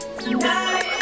Tonight